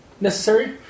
necessary